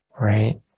right